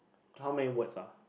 how many words ah